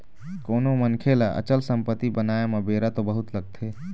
कोनो मनखे ल अचल संपत्ति बनाय म बेरा तो बहुत लगथे